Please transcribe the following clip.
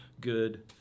good